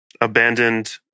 abandoned